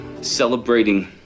celebrating